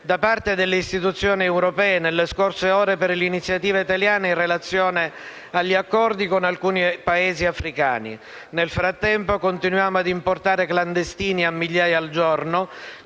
da parte delle istituzioni europee nelle scorse ore per l'iniziativa italiana in relazione agli accordi con alcuni Paesi africani. Nel frattempo continuiamo a importare clandestini a migliaia al giorno,